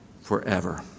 forever